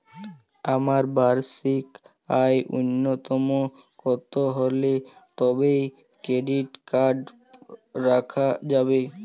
আমার বার্ষিক আয় ন্যুনতম কত হলে তবেই ক্রেডিট কার্ড রাখা যাবে?